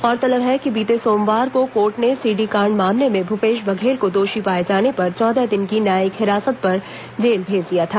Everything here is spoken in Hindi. गौरतलब है कि बीते सोमवार को कोर्ट ने सीडी कांड मामले में भूपेश बघेल को दोषी पाए जाने पर चौदह दिन की न्यायिक हिरासत पर जेल भेज दिया था